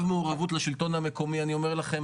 נציג מצד המשטרה שיהיה מומחה לנושא הזה,